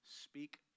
Speak